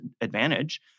advantage